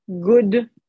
good